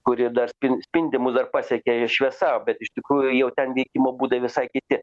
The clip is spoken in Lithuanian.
kuri dar spindi mus dar pasiekia šviesa bet iš tikrųjų jau ten veikimo būdai visai kiti